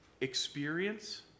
experience